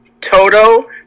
Toto